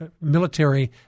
military